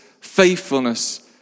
faithfulness